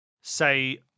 say